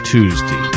Tuesday